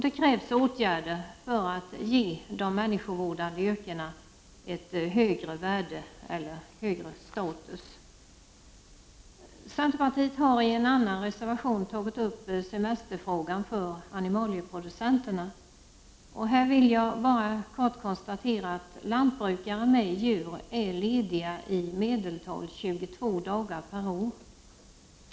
Det krävs också åtgärder för att ge de människovårdande yrkena ett högre värde, en högre status. Centerpartiet har i en annan reservation tagit upp frågan om animalieproducenternas semester. Här vill jag bara kort konstatera att lantbrukare med djur är lediga i medeltal 22 dagar per år.